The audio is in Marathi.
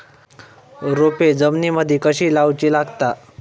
रोपे जमिनीमदि कधी लाऊची लागता?